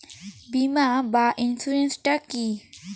বিমা বা ইন্সুরেন্স টা কি?